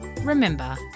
remember